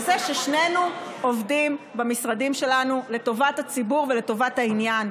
וזה ששנינו עובדים במשרדים שלנו לטובת הציבור ולטובת עניין.